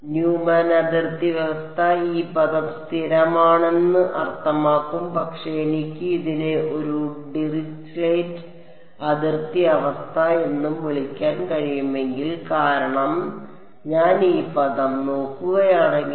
Newman അതിർത്തി വ്യവസ്ഥ ഈ പദം സ്ഥിരമാണെന്ന് അർത്ഥമാക്കും പക്ഷേ എനിക്ക് ഇതിനെ ഒരു ഡിറിച്ലെറ്റ് അതിർത്തി അവസ്ഥ എന്നും വിളിക്കാൻ കഴിയുമെങ്കിൽ കാരണം ഞാൻ ഈ പദം നോക്കുകയാണെങ്കിൽ